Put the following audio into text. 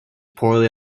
poorly